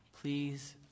Please